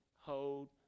hold